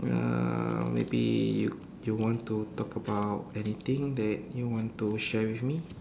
uh maybe you you want to talk about anything that you want to share with me